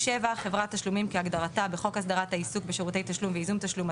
חברת תשלומים כהגדרתה בחוק הסדרת העיסוק בשירותי תשלום וייזום תשלום,